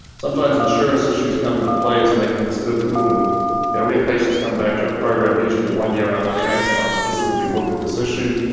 sometimes insurance issues come into play as making this difficult and yeah we have patients come back to a program usually at one year after transplant specifically to look at this issue.